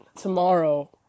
Tomorrow